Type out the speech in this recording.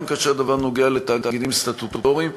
גם כאשר הדבר נוגע לתאגידים סטטוטוריים.